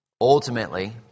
ultimately